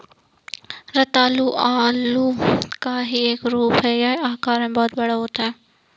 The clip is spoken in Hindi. रतालू आलू का ही एक रूप होता है यह आकार में बहुत बड़ा होता है